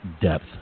depth